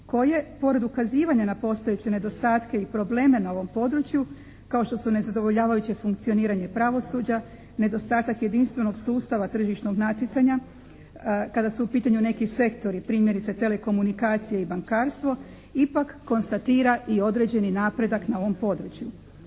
koje je pored ukazivanja na postojeće nedostatke i probleme na ovom području kao što su nezadovoljavajuće funkcioniranje pravosuđa, nedostatak jedinstvenog sustava tržišnog natjecanja, kada su u pitanju neki sektori, primjerice telekomunikacije i bankarstvo, ipak konstatira i određeni napredak na ovom području.